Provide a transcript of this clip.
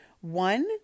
One